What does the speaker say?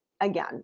again